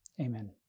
Amen